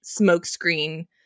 smokescreen